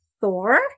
Thor